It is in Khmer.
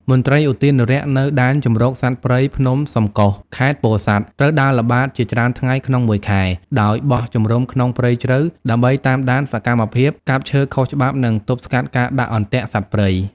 មន្ត្រីឧទ្យានុរក្សនៅ ដែនជម្រកសត្វព្រៃភ្នំសំកុស ខេត្តពោធិ៍សាត់ ត្រូវដើរល្បាតជាច្រើនថ្ងៃក្នុងមួយខែ ដោយបោះជំរំក្នុងព្រៃជ្រៅ ដើម្បីតាមដានសកម្មភាពកាប់ឈើខុសច្បាប់ និងទប់ស្កាត់ការដាក់អន្ទាក់សត្វព្រៃ។